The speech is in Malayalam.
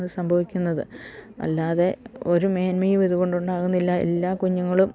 സംഭവിക്കുന്നത് അല്ലാതെയൊരു മേന്മയും ഇതുകൊണ്ടുണ്ടാകുന്നില്ല എല്ലാ കുഞ്ഞുങ്ങളും